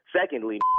Secondly